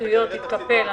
איזה שטויות, "יתקפל".